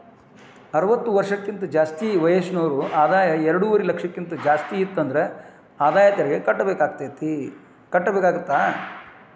ಅರವತ್ತ ವರ್ಷಕ್ಕಿಂತ ಜಾಸ್ತಿ ವಯಸ್ಸಿರೋರ್ ಆದಾಯ ಎರಡುವರಿ ಲಕ್ಷಕ್ಕಿಂತ ಜಾಸ್ತಿ ಇತ್ತಂದ್ರ ಆದಾಯ ತೆರಿಗಿ ಕಟ್ಟಬೇಕಾಗತ್ತಾ